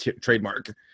trademark